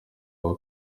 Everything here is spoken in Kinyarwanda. ngo